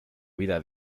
vida